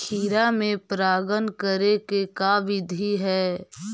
खिरा मे परागण करे के का बिधि है?